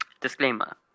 disclaimer